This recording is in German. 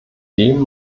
dem